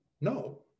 no